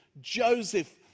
Joseph